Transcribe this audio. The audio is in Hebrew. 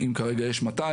אם כרגע יש מטע,